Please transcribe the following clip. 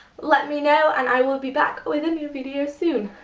let me know and i will be back with a new video soon.